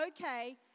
okay